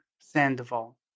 Sandoval